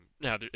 Now